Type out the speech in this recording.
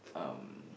um